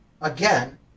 again